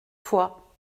fois